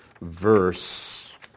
verse